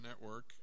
network